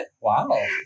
wow